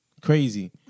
Crazy